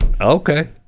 okay